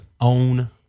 own